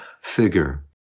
figure